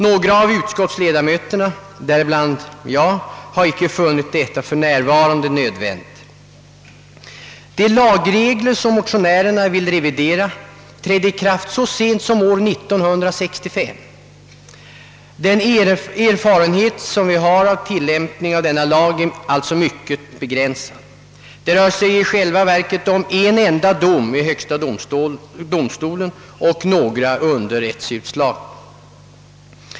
Några av utskottsledamöterna, bland dem jag, har icke funnit detta för närvarande nödvändigt. De lagregler som motionärerna vill revidera trädde i kraft så sent som år 1965. Den erfarenhet som vi har av tillämpningen av denna lag är alltså mycket begränsad. Det rör sig i själva verket om en enda dom vid högsta domstolen och några underrättsutslag.